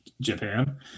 Japan